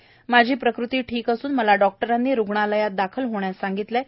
माझी प्रकृती ठिक असून मला डॉक्टरांनी रुग्णालयात भरती होण्यास सांगितले आहे